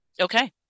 Okay